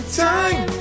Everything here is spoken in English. time